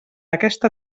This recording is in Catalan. aquesta